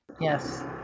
Yes